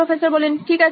professor ঠিক আছে